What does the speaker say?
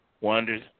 wonders